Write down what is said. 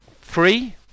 free